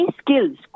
skills